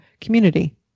community